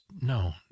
No